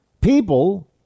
People